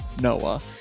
noah